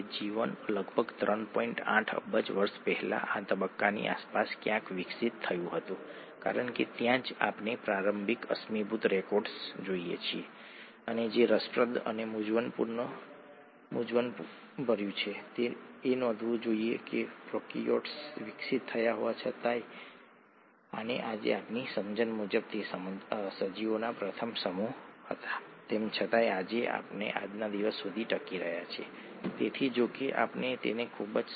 આમ સરવાળે ત્યાં ૪ મૂળભૂત બાયોમોલેક્યુલ્સ છે જે છેલ્લાથી પ્રારંભિક nucleic acids DNA RNA ATP વગેરે પ્રોટીન એમિનો એસિડ્સ કાર્બોહાઇડ્રેટ્સ શર્કરા લેક્ટિક એસિડ વગેરેના પોલિમર છે જે આપણે જોયું છે અને લિપિડ્સ જે પટલ ઘટકો છે તેલ માખણ વગેરે છે ખરું ને